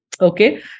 Okay